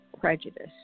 prejudice